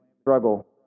struggle